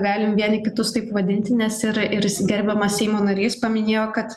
galim vieni kitus taip vadinti nes ir ir gerbiamas seimo narys paminėjo kad